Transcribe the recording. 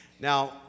Now